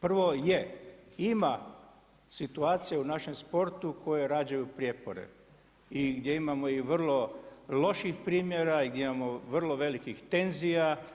Prvo, je ima, situacija u našem sportu koji rađaju prijepore i gdje imamo vrlo loših primjera i gdje imamo vrlo velikih tenzija.